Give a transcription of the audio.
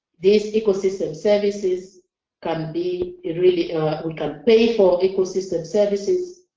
these ecosystem services can be really we can pay for ecosystem services,